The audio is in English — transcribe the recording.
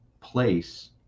place